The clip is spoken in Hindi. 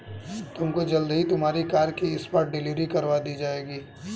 तुमको जल्द ही तुम्हारी कार की स्पॉट डिलीवरी करवा दी जाएगी